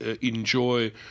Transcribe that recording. enjoy